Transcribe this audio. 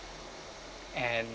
and